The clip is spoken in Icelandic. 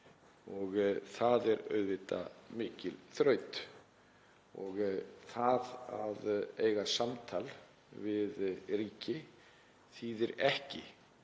Það er auðvitað mikil þraut. Það að eiga samtal við ríki þýðir ekki